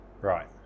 Right